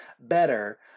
better